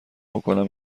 بکنم